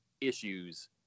issues